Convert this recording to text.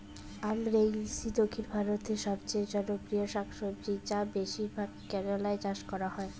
আমরান্থেইসি দক্ষিণ ভারতের সবচেয়ে জনপ্রিয় শাকসবজি যা বেশিরভাগ কেরালায় চাষ করা হয়